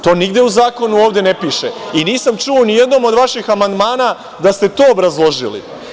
To nigde u zakonu ovde ne piše i nisam čuo u nijednom od vaših amandmana da ste to obrazložili.